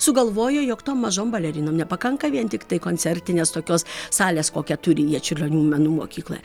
sugalvojo jog to mažom balerinom nepakanka vien tiktai koncertinės tokios salės kokią turi jie čiurlionio menų mokykloje